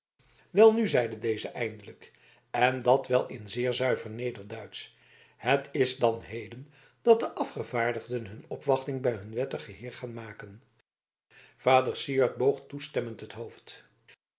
welnu zeide deze eindelijk en dat wel in zeer zuiver nederduitsch het is dan heden dat de afgevaardigden hun opwachting bij hun wettigen heer gaan maken vader syard boog toestemmend het hoofd